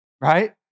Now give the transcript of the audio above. right